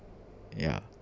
ya